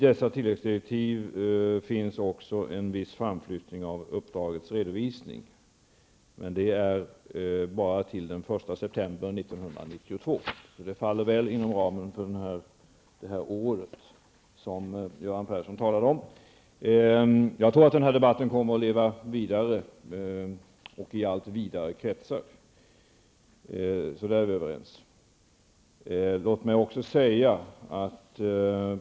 Där finns också en viss framflyttning av uppdragets redovisning, men det är bara till den 1 september 1992, så det faller väl inom ramen för det här året, som Göran Persson talade om. Jag tror att den här debatten kommer att leva vidare och föras i allt vidare kretsar. Så där är vi överens.